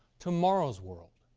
tomorrow's world,